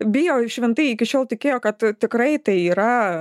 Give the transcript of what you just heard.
bio šventai iki šiol tikėjo kad tikrai tai yra